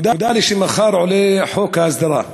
נודע לי שמחר עולה חוק ההסדרה.